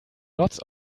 lots